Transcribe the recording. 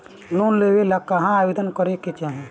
Loan लेवे ला कहाँ आवेदन करे के चाही?